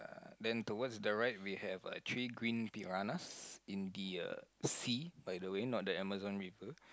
then towards the right we have three green piranhas in the uh sea by the way not the Amazon river